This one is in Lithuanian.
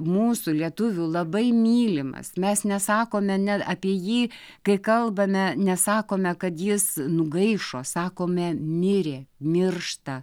mūsų lietuvių labai mylimas mes nesakome net apie jį kai kalbame nesakome kad jis nugaišo sakome mirė miršta